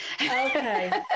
Okay